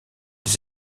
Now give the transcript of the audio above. des